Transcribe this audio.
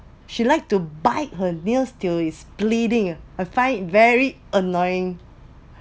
she liked to bite her nails till she’s bleeding I find very annoying